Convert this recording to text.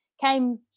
came